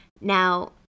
Now